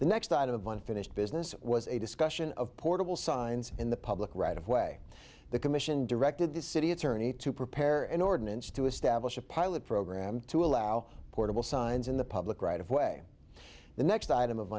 the next item of one finished business was a discussion of portable signs in the public right of way the commission directed the city attorney to prepare an ordinance to establish a pilot program to allow portable signs in the public right of way the next item of